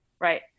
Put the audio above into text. right